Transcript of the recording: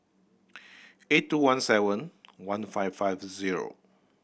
eight two one seven one five five zero